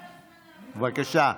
בבקשה,